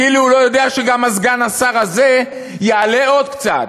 כאילו הוא לא יודע שגם סגן השר הזה יעלה עוד קצת.